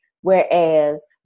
whereas